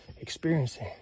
experiencing